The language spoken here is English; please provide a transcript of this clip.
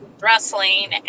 wrestling